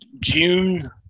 june